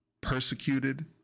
persecuted